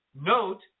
Note